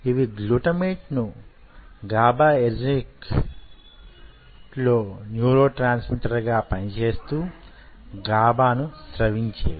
ఇవి గ్లూటమేట్ ను గాబాఎర్జిక్న్యూరోట్రాన్స్మిటర్ గా పని చేస్తూ గాబాను స్రవించేవి